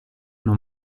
non